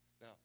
Now